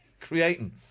creating